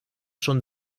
schon